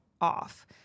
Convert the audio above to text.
off